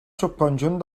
subconjunt